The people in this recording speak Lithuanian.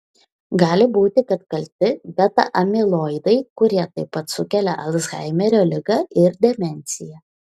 gali būti kad kalti beta amiloidai kurie taip pat sukelia alzheimerio ligą ir demenciją